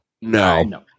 No